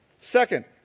Second